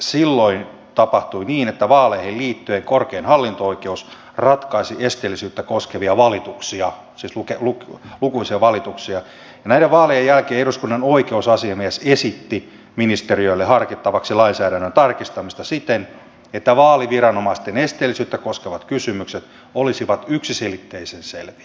silloin tapahtui niin että vaaleihin liittyen korkein hallinto oikeus ratkaisi lukuisia esteellisyyttä koskevia valituksia ja näiden vaalien jälkeen eduskunnan oikeusasiamies esitti ministeriölle harkittavaksi lainsäädännön tarkistamista siten että vaaliviranomaisten esteellisyyttä koskevat kysymykset olisivat yksiselitteisen selviä